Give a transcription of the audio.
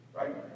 right